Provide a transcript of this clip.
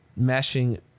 meshing